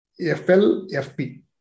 FLFP